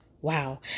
Wow